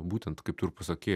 būtent kaip tu ir pasakei